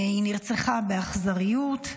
היא נרצחה באכזריות.